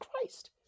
Christ